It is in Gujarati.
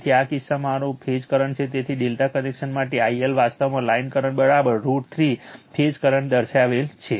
તેથી આ કિસ્સામાં આ મારો ફેઝ કરંટ છે તેથી ∆ કનેક્શન માટે IL વાસ્તવમાં લાઇન કરંટ √ 3 ફેઝ કરંટ દર્શાવેલ છે